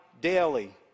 daily